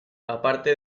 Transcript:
aparte